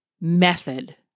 method